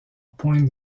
pointe